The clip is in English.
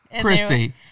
Christy